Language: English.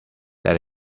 that